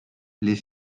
les